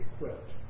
equipped